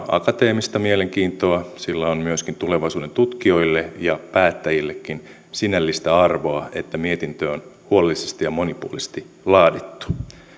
akateemista mielenkiintoa ja sillä on myöskin tulevaisuuden tutkijoille ja päättäjillekin sinällistä arvoa että mietintö on huolellisesti ja monipuolisesti laadittu